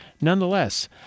Nonetheless